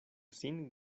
sin